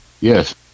Yes